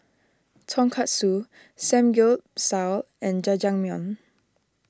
Tonkatsu Samgyeopsal and Jajangmyeon